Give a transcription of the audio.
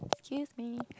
excuse me